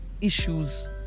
issues